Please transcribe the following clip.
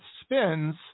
spins